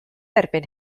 erbyn